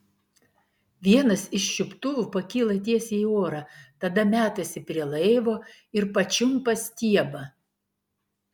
vienas iš čiuptuvų pakyla tiesiai į orą tada metasi prie laivo ir pačiumpa stiebą